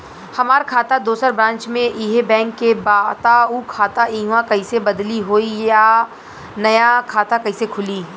हमार खाता दोसर ब्रांच में इहे बैंक के बा त उ खाता इहवा कइसे बदली होई आ नया खाता कइसे खुली?